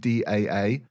DAA